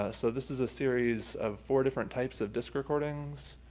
ah so this is a series of four different types of disc recordings